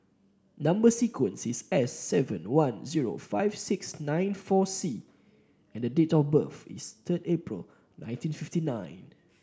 number sequence is S seven one zero five six nine four C and date of birth is third April nineteen fifty nine